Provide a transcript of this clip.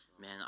man